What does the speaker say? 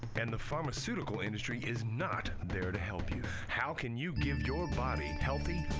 and the pharmaceutical industry is not there to help you. how can you give your body and healthy,